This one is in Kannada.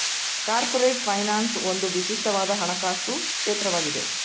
ಕಾರ್ಪೊರೇಟ್ ಫೈನಾನ್ಸ್ ಒಂದು ವಿಶಿಷ್ಟವಾದ ಹಣಕಾಸು ಕ್ಷೇತ್ರವಾಗಿದೆ